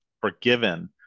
forgiven